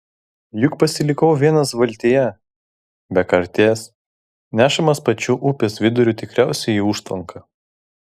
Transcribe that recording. juk pasilikau vienas valtyje be karties nešamas pačiu upės viduriu tikriausiai į užtvanką